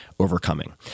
overcoming